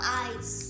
eyes